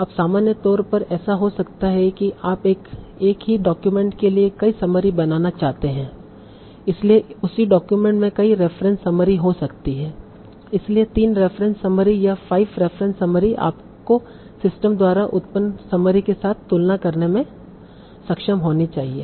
अब सामान्य तौर पर ऐसा हो सकता है कि आप एक ही डॉक्यूमेंट के लिए कई समरी बनाना चाहते हैं इसलिए उसी डॉक्यूमेंट में कई रेफ़रेंस समरी हो सकती हैं इसलिए 3 रेफ़रेंस समरी या 5 रेफ़रेंस समरी आपको सिस्टम द्वारा उत्पन्न समरी के साथ तुलना करने में सक्षम होनी चाहिए